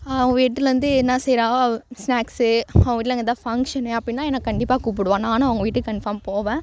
அவள் வீட்டுலேருந்து என்ன செய்கிறாளோ ஸ்நாக்ஸ் அவங்க வீட்டில அங்கே எதாது ஃபங்க்ஷன் அப்பிடின்னா என்னை கண்டிப்பாக கூப்பிடுவா நானும் அவங்க வீட்டுக்கு கன்ஃபார்ம் போவேன்